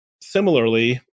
similarly